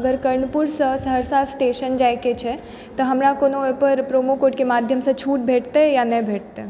अगर कर्णपुरसँ सहरसा स्टेशन जाए के छै तऽ हमरा कोनो ओहिपर प्रोमो कोडके माध्यमसंँ छूट भेटतै या नहि भेटतै